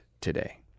today